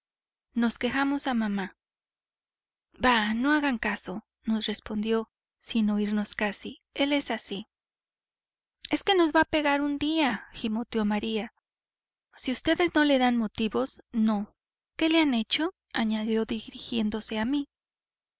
nos quejamos a mamá bah no hagan caso nos respondió sin oirnos casi él es así es que nos va a pegar un día gimoteó maría si ustedes no le dan motivos no qué le han hecho añadió dirigiéndose a mí